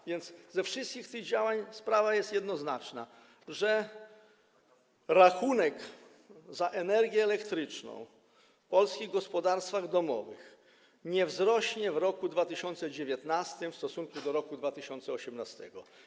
A więc ze wszystkich tych działań wynika, że sprawa jest jednoznaczna, że rachunek za energię elektryczną w polskich gospodarstwach domowych nie wzrośnie w roku 2019 w stosunku do roku 2018.